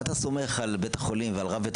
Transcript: ואתה סומך על בית החולים ועל רב בית